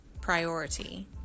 priority